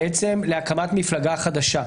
להקמת מפלגה חדשה.